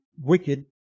wicked